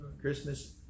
christmas